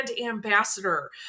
ambassador